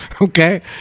okay